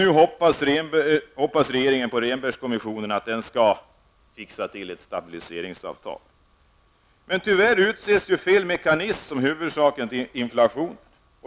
Nu hoppas regeringen att Rehnbergkommissionen skall fixa till ett stabiliseringsavtal. Tyvärr utses fel mekanism som huvudorsak till inflationen.